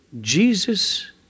Jesus